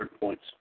points